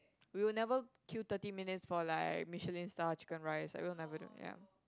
we will never queue thirty minutes for like Michelin Star Chicken Rice I will never do it ya